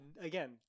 again